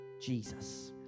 Jesus